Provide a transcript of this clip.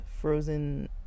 frozen